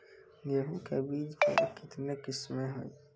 गेहूँ के बीज के कितने किसमें है?